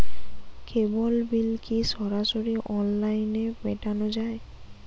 কেবল bill কি সরাসরি অনলাইনে মেটানো য়ায়?